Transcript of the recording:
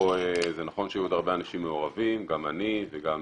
זה נכון שהיו עוד הרבה אנשים מעורבים, גם אני וגם